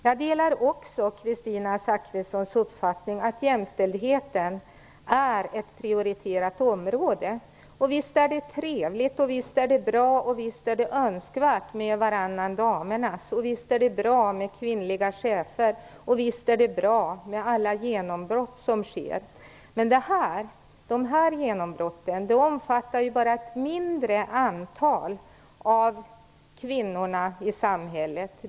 Jag delar också Kristina Zakrissons uppfattning att jämställdheten är ett prioriterat område. Visst är det trevligt, bra och önskvärt med varannan damernas, med kvinnliga chefer och med alla genombrott som sker. Men dessa genombrott omfattar ju bara ett mindre antal av kvinnorna i samhället.